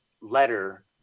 letter